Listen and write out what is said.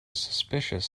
suspicious